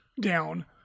down